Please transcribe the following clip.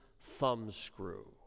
thumbscrew